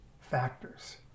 factors